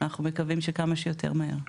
אנחנו מקווים שכמה שיותר מהר.